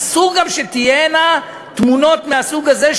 אסור גם שתהיינה תמונות מהסוג הזה,